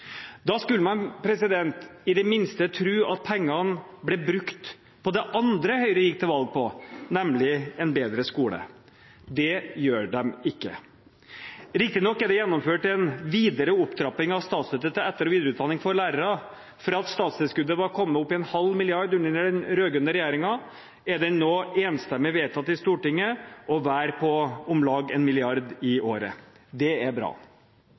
Da skulle man i det minste tro at pengene ble brukt på det andre Høyre gikk til valg på, nemlig en bedre skole. Det blir de ikke. Riktignok er det gjennomført en videre opptrapping av statsstøtte til etter- og videreutdanning for lærere. Fra det at statstilskuddet var kommet opp i 0,5 mrd. kr under den rød-grønne regjeringen, er det nå enstemmig vedtatt i Stortinget å være på om lag 1 mrd. kr i året. Det er bra.